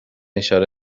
اشاره